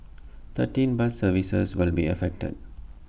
thirteen bus services will be affected